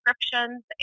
descriptions